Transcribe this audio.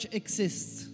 exists